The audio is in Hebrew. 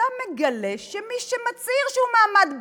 אתה מגלה שמי שמצהיר שהוא מעמד ביניים,